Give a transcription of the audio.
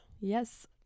Yes